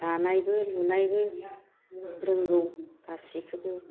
दानायबो लुनायबो रोंगौ गासैखौबो